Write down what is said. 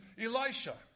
Elisha